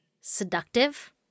seductive